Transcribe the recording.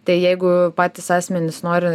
tai jeigu patys asmenys nori